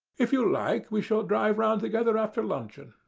if you like, we shall drive round together after luncheon.